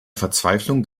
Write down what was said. verzweiflung